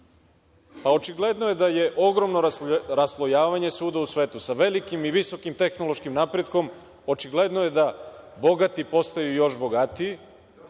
nas, očigledno je da je ogromno raslojavanje svuda u svetu. Sa velikim i visokim tehnološkim napretkom, očigledno je da bogati postaju još bogatiji,